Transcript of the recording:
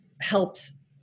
helps